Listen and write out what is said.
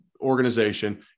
organization